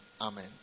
Amen